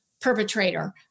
perpetrator